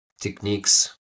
techniques